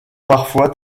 parfois